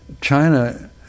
China